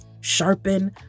sharpen